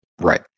Right